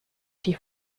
die